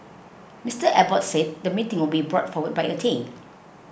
Mister Abbott said the meeting would be brought forward by a day